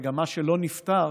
וגם מה שלא נפתר